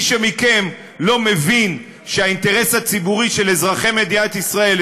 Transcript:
מי מכם שלא מבין שהאינטרס הציבורי של אזרחי מדינת ישראל,